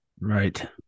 Right